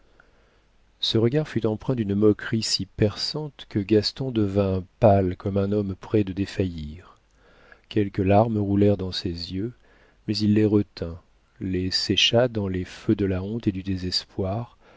ce regard fut empreint d'une moquerie si perçante que gaston devint pâle comme un homme près de défaillir quelques larmes roulèrent dans ses yeux mais il les retint les sécha dans les feux de la honte et du désespoir